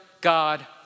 God